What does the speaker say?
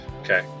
Okay